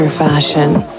fashion